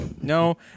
No